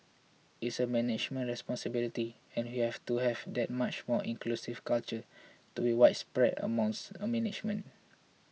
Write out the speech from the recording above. it's a management responsibility and we have to have that much more inclusive culture to be widespread amongst a management